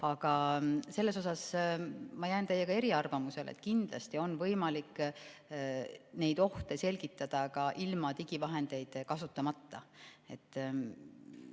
Aga selles osas ma jään teiega eri arvamusele, et kindlasti on võimalik neid ohte selgitada ka ilma digivahendeid kasutamata.